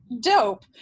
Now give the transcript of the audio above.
dope